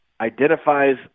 identifies